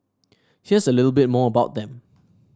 here's a little bit more about them